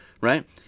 Right